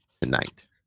tonight